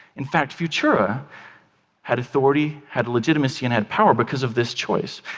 in fact, futura had authority, had legitimacy and had power because of this choice.